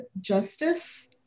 Justice